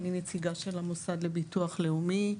אני נציגה של המוסד לביטוח לאומי.